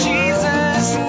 Jesus